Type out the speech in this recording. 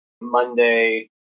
Monday